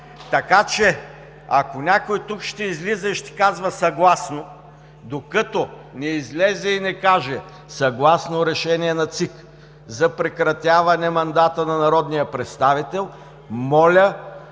така че, ако някой тук ще излиза и ще казва „съгласно“, докато не излезе и не каже: „Съгласно решение на ЦИК за прекратяване мандата на народния представител“, моля